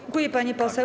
Dziękuję, pani poseł.